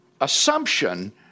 assumption